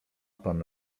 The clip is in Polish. pan